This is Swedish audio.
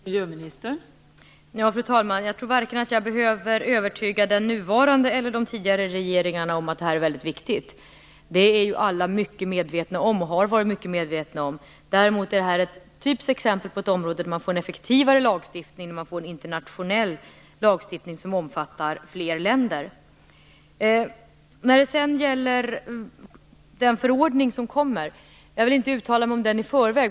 Fru talman! Jag tror inte att jag behöver övertyga vare sig den nuvarande eller de tidigare regeringarna om att detta är mycket viktigt. Alla är mycket medvetna om detta och har varit mycket medvetna om det. Däremot är detta ett typiskt exempel på ett område där man får en effektivare lagstiftning när man får en internationell lagstiftning som omfattar flera länder. När det sedan gäller den förordning som kommer, vill jag inte uttala mig om den i förväg.